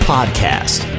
Podcast